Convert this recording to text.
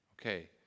okay